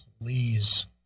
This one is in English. please